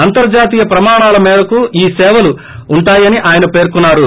అంతర్జాతీయ ప్రమాణాల మేరకు ఈ సేవలు ఉంటాయని ఆయన అన్నారు